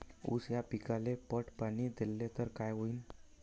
ऊस या पिकाले पट पाणी देल्ल तर काय होईन?